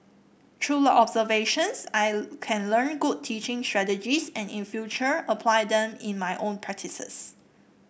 through the observations I can learn good teaching strategies and in future apply them in my own practices